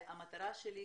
המטרה שלי,